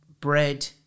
bread